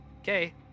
Okay